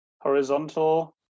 horizontal